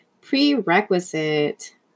prerequisite